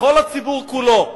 לכל הציבור כולו.